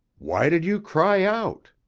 why did you cry out?